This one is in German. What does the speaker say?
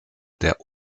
der